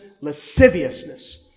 lasciviousness